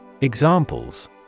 Examples